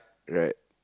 right